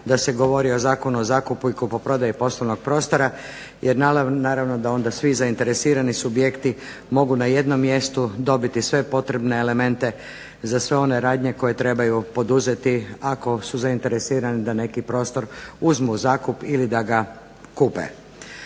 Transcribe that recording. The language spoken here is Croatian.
da se govori o Zakonu o zakupu i kupoprodaji poslovnog prostora jer naravno da onda svi zainteresirani subjekti mogu na jednom mjestu dobiti sve potrebne elemente za sve one radnje koje trebaju poduzeti ako su zainteresirani da neki prostor uzmu u zakup ili da ga kupe.